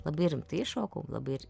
labai rimtai šokau labai